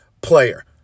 player